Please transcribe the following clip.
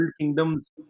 kingdoms